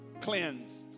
cleansed